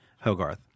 hogarth